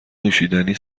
نوشیدنی